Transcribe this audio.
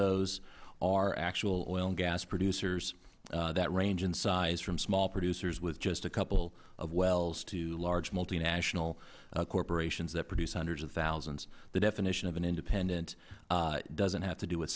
those are actual oil and gas producers that range in size from small producers with just a couple of wells to large multinational corporations that produce hundreds of thousands the definition of an independent doesn't have to do w